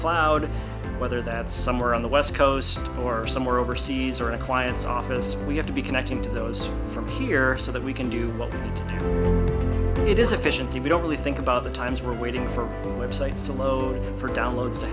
cloud whether that's somewhere on the west coast or somewhere overseas or a client's office we have to be connecting to those from here so that we can do it is efficiency we don't really think about the times we're waiting for websites to load for downloads to